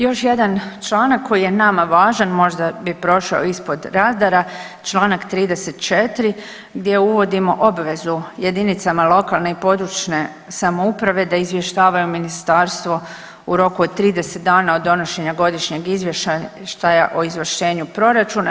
Još jedan članak koji je nama važan možda bi prošao ispod radara, Članak 34. gdje uvodimo obvezu jedinicama lokalne i područne samouprave da izvještavaju ministarstvo u roku od 30 dana od donošenja godišnjeg izvještaja o izvršenju proračuna.